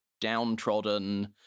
downtrodden